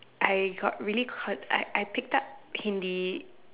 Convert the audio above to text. I got really had I I picked up Hindi